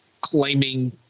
claiming